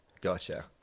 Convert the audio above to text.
Gotcha